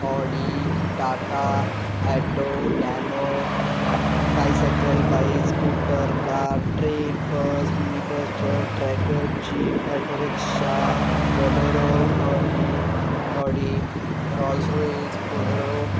Audi Tata auto Nano bicycle bike scooter car train bus mini bus ट्र tractor jeep auto rickshaw Bolero Audi Audi Rolls Royce Bolero